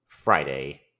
Friday